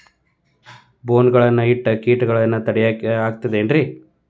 ಬೋನ್ ಗಳನ್ನ ಇಟ್ಟ ಕೇಟಗಳನ್ನು ತಡಿಯಾಕ್ ಆಕ್ಕೇತೇನ್ರಿ?